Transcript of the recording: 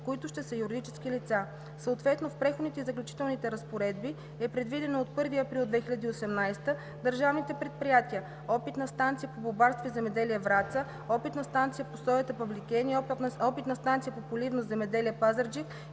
които ще са юридически лица. Съответно в Преходните и заключителни разпоредби е предвидено от 1 април 2018 г. държавните предприятия: Опитна станция по бубарство и земеделие – Враца, Опитна станция по соята – Павликени, Опитна станция по поливно земеделие – Пазарджик,